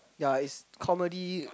ya it's comedy